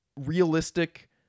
realistic